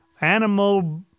animal